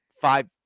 five